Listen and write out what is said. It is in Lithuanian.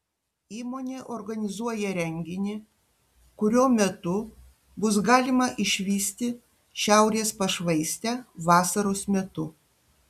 įmonė organizuoja renginį kurio metu bus galima išvysti šiaurės pašvaistę vasaros metu